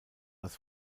das